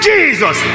Jesus